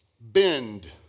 bend